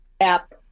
app